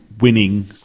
winning